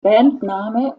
bandname